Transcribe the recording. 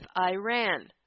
Iran